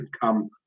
come